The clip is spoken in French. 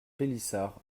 pélissard